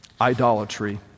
Idolatry